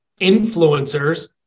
influencers